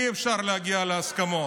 אי-אפשר להגיע להסכמות.